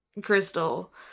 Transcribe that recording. crystal